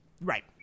right